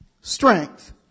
strength